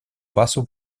paso